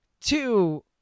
two